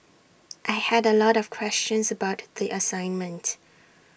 I had A lot of questions about the assignment